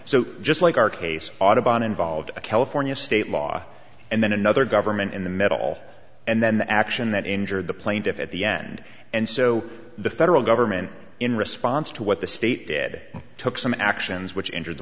so just like our case autobahn involved a california state law and then another government in the middle and then the action that injured the plaintiff at the end and so the federal government in response to what the state did took some actions which entered the